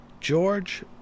George